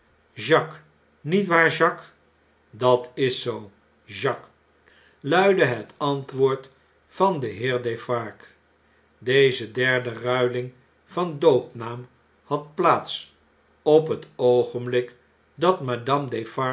jacques niet waar jacques dat is zoo jacques luidde het antwoord van den heer defarge deze derde railing van doopnaam had plaats op het oogenblik dat